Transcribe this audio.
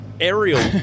aerial